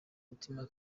mutima